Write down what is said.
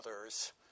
others